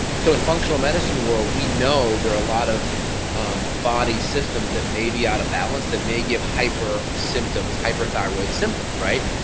so, in functional medicine world, we know there are a lot of uhm um body systems that may be out of balance that may give hyper symptoms, hyperthyroid symptoms, right?